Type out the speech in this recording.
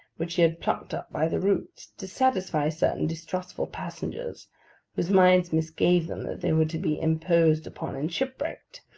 which he had plucked up by the roots, to satisfy certain distrustful passengers whose minds misgave them that they were to be imposed upon and shipwrecked,